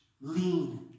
lean